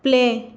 play